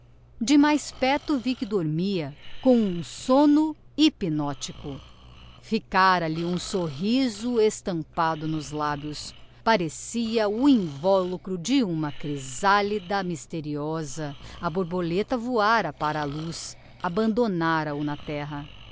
de mais perto vi que dormia com um somno hypnotico ficára lhe um sorriso estampado nos labios parecia o involucro de uma chrysalida mysteriosa a borboleta voára para a luz abandonára o na terra